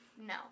No